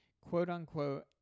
quote-unquote